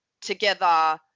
together